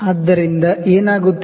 ಆದ್ದರಿಂದ ಏನಾಗುತ್ತಿದೆ